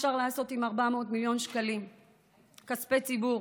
דמיינו לכם מה אפשר לעשות עם 400 מיליון שקלים מכספי הציבור.